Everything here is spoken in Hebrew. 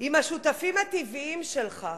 עם השותפים הטבעיים שלך.